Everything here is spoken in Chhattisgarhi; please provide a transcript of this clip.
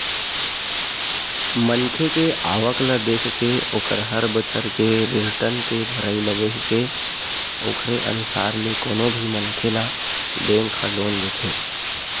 मनखे के आवक ल देखके ओखर हर बछर के रिर्टन के भरई ल देखके ओखरे अनुसार ले कोनो भी मनखे ल बेंक ह लोन देथे